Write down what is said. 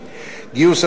גיוס אשראי חדש,